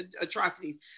atrocities